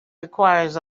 requires